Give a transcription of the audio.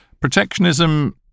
Protectionism